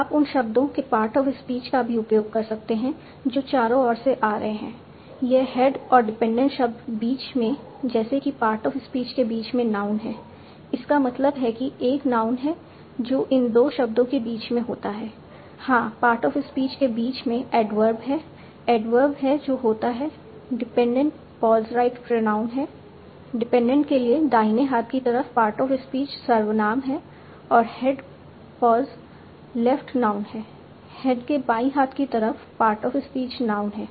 आप उन शब्दों के पार्ट ऑफ स्पीच का भी उपयोग कर सकते हैं जो चारों ओर से आ रहे हैं यह हेड और डिपेंडेंट शब्द बीच में जैसे कि पार्ट ऑफ स्पीच के बीच में नाउन है इसका मतलब है कि एक नाउन है जो इन 2 शब्दों के बीच में होता है हाँ पार्ट ऑफ स्पीच के बीच में एडवर्ब है एडवर्ब है जो होता है डिपेंडेंट पॉज राइट प्रोनाउन है डिपेंडेंट के लिए दाहिने हाथ की तरफ पार्ट ऑफ स्पीच सर्वनाम है और हेड पॉज लेफ्ट नाउन है हेड के बाईं हाथ की तरफ पार्ट ऑफ स्पीच नाउन है